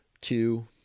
two